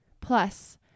plus